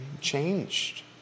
changed